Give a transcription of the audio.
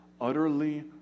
utterly